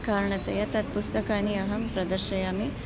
कारणतया तत् पुस्तकानि अहं प्रदर्शयामि